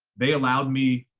they allowed me,